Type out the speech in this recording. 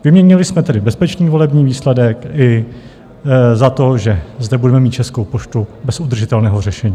Vyměnili jsme tedy bezpečný volební výsledek i za to, že zde budeme mít Českou poštu bez udržitelného řešení.